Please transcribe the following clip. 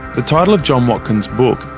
the title of john watkins' book,